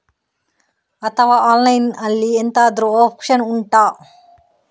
ಅಥವಾ ಆನ್ಲೈನ್ ಅಲ್ಲಿ ಎಂತಾದ್ರೂ ಒಪ್ಶನ್ ಉಂಟಾ